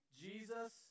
Jesus